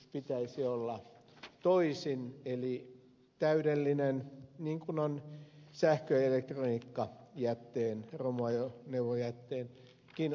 pitäisi olla toisin eli sen pitäisi olla täydellinen niin kuin on sähkö ja elektroniikkajätteen romuajoneuvojätteenkin osalta